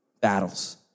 Battles